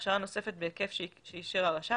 והכשרה נוספת בהיקף שאישר הרשם,